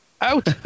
out